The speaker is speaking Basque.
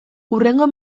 hurrengo